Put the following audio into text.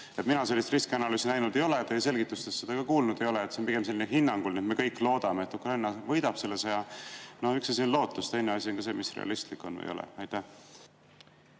Mina sellist riskianalüüsi näinud ei ole, teie selgitustes seda ka kuulnud ei ole. See kõik on pigem selline hinnanguline, et me kõik loodame, et Ukraina võidab selle sõja. No üks asi on lootus, teine asi on see, mis realistlik on või mis ei ole.